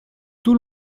tout